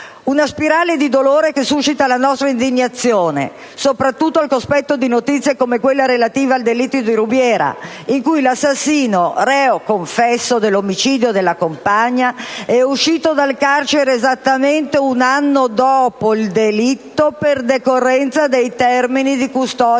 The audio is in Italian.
Una spirale di dolore, che suscita la nostra indignazione, soprattutto al cospetto di notizie come quella relativa al delitto di Rubiera, in cui l'assassino, reo confesso dell'omicidio della compagna, è uscito dal carcere esattamente un anno dopo il delitto per decorrenza dei termini di custodia